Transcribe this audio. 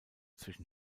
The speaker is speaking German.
zwischen